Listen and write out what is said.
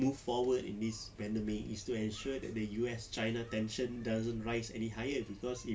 move forward in this pandemic is to ensure the U_S china tension doesn't rise any higher cause